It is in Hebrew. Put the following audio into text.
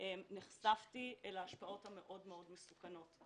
נחשפתי אל ההשפעות המאוד מאוד מסוכנות.